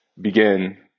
begin